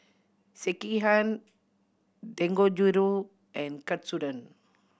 Sekihan Dangojiru and Katsudon